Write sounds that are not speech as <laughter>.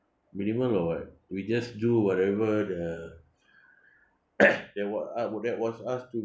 minimal or what we just do whatever the <breath> <noise> that wa~ a~ that was asked to